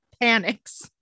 panics